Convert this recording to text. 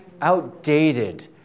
outdated